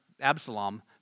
Absalom